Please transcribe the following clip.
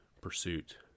pursuit